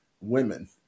women